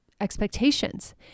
expectations